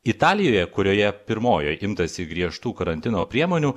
italijoje kurioje pirmojoj imtasi griežtų karantino priemonių